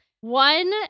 one